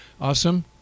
awesome